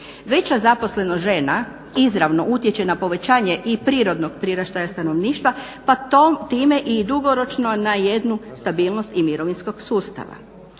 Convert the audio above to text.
Veća zaposlenost žena izravno utječe na povećanje i prirodnog priraštaja stanovništva pa time i dugoročno na jednu stabilnost i mirovinskog sustava.